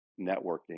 networking